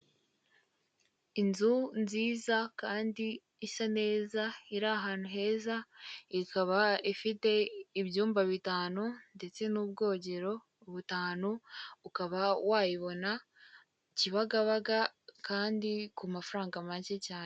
Inzu nziza kandi isa neza iri ahantu heza, ikaba ifite ibyumba bitanu ndetse n'ubwogero butanu, ukaba wayibona Kibagabaga kandi ku mafaranga make cyane.